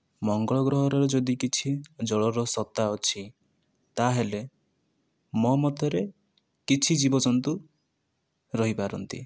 ମଙ୍ଗଳ ଗ୍ରହର ଯଦି କିଛି ଜଳର ସତ୍ତା ଅଛି ତା'ହେଲେ ମୋ ମତରେ କିଛି ଜୀବ ଜନ୍ତୁ ରହିପାରନ୍ତି